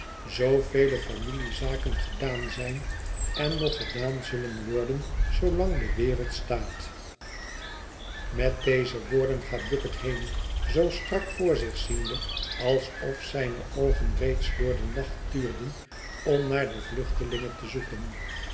zoovele familiezaken gedaan zijn en nog gedaan zullen worden zoolang de wereld staat met deze woorden gaat bucket heen zoo strak voor zich ziende alsof zijne oogen reeds door den nacht tuurden om naar de vluchtelinge te zoeken